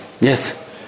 Yes